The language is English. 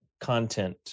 content